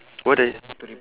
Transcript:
what doe~